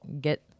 get